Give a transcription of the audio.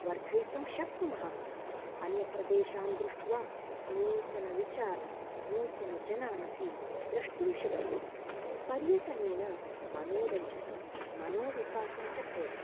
वर्धयितुं शक्नुमः अपि अन्यप्रदेशान् दृष्ट्वा नूतनविचारान् नूतनजनान् अपि द्रष्टुं शक्नुमः पर्यटनेन मनोरञ्जनं मनोविकासं च भवति